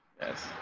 Yes